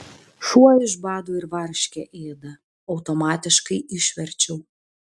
šuo iš bado ir varškę ėda automatiškai išverčiau